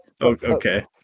Okay